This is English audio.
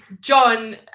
john